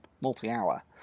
multi-hour